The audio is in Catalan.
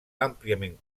àmpliament